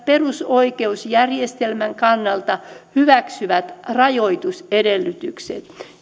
ja perusoikeusjärjestelmän kannalta hyväksytyt rajoitusedellytykset